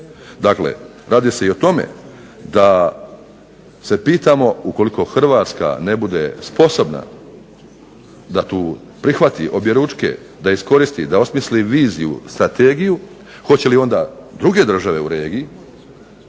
Dakle, radi se i o tome da se pitamo ukoliko Hrvatska ne bude sposobna da to prihvati objeručke, da iskoristi, da osmisli viziju, strategiju, hoće li onda druge države u regiji